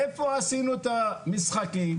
איפה עשינו את המשחקים?